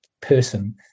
person